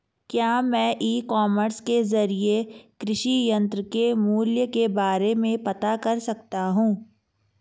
क्या मैं ecommerce के ज़रिए कृषि यंत्र के मूल्य के बारे में पता कर सकता हूँ?